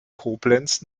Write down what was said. koblenz